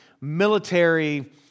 military